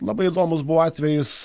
labai įdomūs buvo atvejis